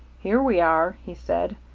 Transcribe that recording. here we are, he said.